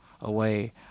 away